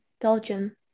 Belgium